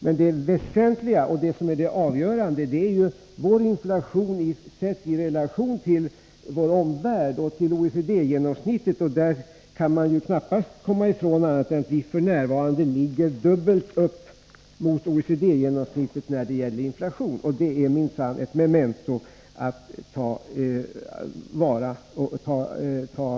Men det väsentliga och det avgörande är ju vår inflation sedd i relation till inflationen i vår omvärld och till OECD-genomsnittet. Man kan knappast komma ifrån att vi f. n. ligger dubbelt upp mot OECD-genomsnittet när det gäller inflation, och det är minsann ett memento att ta varning av.